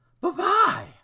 Bye-bye